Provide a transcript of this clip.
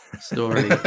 story